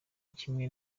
kimwe